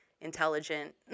intelligent